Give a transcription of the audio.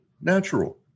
natural